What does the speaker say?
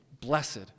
Blessed